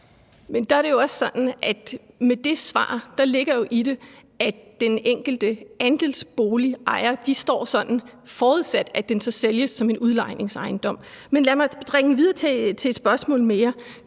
med det svar ligger der jo i det, at den enkelte andelsboligejer står sådan, forudsat at den så sælges som en udlejningsejendom. Men lad mig gå videre til et spørgsmål